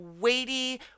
weighty